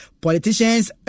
politicians